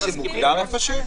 זה מוגדר איפה שהוא?